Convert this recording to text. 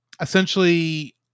Essentially